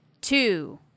two